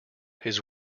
his